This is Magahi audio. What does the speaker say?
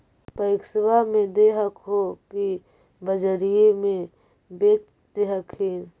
पैक्सबा मे दे हको की बजरिये मे बेच दे हखिन?